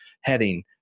heading